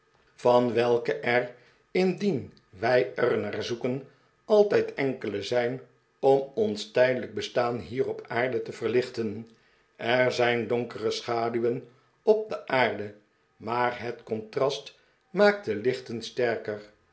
van welke er indien wij er naar zoeken altijd enkele zijn om ons tijdelijk bestaan hier op aarde te verlichten er zijn donkere schaduwen op de aarde maar het contrast maakt de lichten sterker